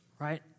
Right